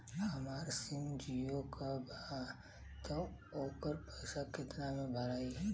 हमार सिम जीओ का बा त ओकर पैसा कितना मे भराई?